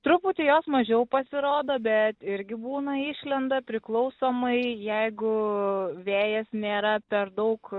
truputį jos mažiau pasirodo bet irgi būna išlenda priklausomai jeigu vėjas nėra per daug